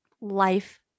Life